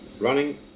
Running